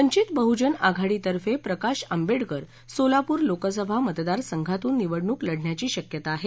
वंचित बहुजन आघाडीतर्फे प्रकाश आंबेडकर सोलापूर लोकसभा मतदारसंघातून निवडणूक लढण्याची शक्यता आहे